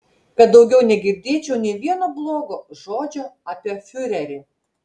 kad daugiau negirdėčiau nė vieno blogo žodžio apie fiurerį